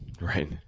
Right